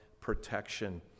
protection